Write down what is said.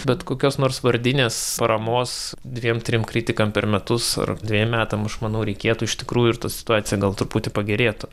bet kokios nors vardinės paramos dviem trim kritikam per metus ar dviem metam aš manau reikėtų iš tikrųjų ir ta situacija gal truputį pagerėtų